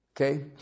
Okay